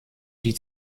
die